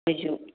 ꯃꯣꯏꯁꯨ